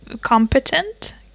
competent